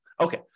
Okay